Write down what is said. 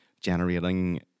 generating